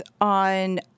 on